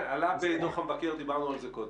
כן, זה עלה בדוח המבקר ודיברנו על זה קודם.